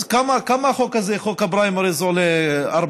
אז כמה החוק הזה, חוק הפריימריז, עולה?